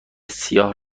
سیاه